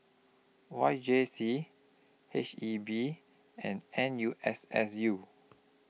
Y J C H E B and N U S S U